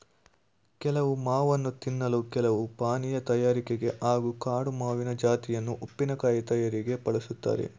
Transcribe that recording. ಕೆಲವು ಮಾವನ್ನು ತಿನ್ನಲು ಕೆಲವು ಪಾನೀಯ ತಯಾರಿಕೆಗೆ ಹಾಗೂ ಕಾಡು ಮಾವಿನ ಜಾತಿಯನ್ನು ಉಪ್ಪಿನಕಾಯಿ ತಯಾರಿಕೆಗೆ ಬಳುಸ್ತಾರೆ